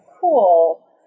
cool